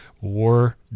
War